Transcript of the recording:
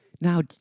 Now